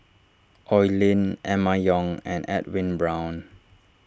Oi Lin Emma Yong and Edwin Brown